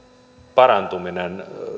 parantuminen